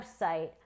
website